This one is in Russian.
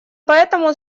поэтому